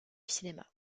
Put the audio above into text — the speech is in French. cinéma